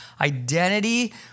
identity